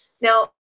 Now